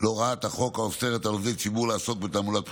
להוראת החוק האוסרת על עובדי ציבור לעסוק בתעמולת בחירות,